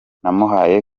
namuhaye